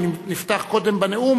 הוא נפתח קודם בנאום,